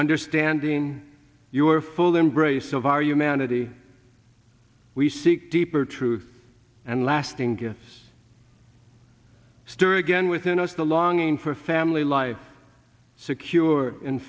understanding your full embrace of our humanity we seek deeper truth and lasting yes stir again within us the longing for family life secure